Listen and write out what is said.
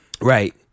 Right